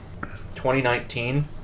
2019